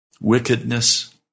wickedness